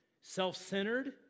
self-centered